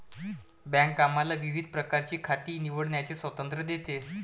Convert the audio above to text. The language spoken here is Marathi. बँक आम्हाला विविध प्रकारची खाती निवडण्याचे स्वातंत्र्य देते